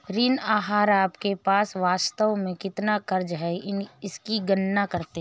ऋण आहार आपके पास वास्तव में कितना क़र्ज़ है इसकी गणना करते है